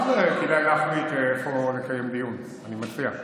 גם כדאי להחליט איפה לקיים דיון, אני מציע.